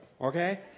okay